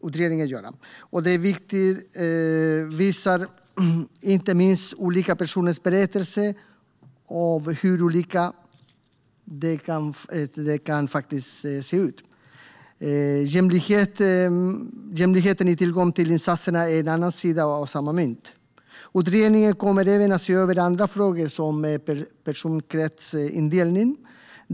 Att det är viktigt visar inte minst olika personers berättelser om hur olika det faktiskt kan se ut. Jämlikheten i tillgång till insatser är en annan sida av samma mynt. Utredningen kommer även att se över andra frågor, som personkretsindelningen.